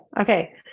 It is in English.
Okay